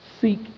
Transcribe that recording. seek